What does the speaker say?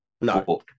No